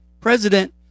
president